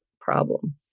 problem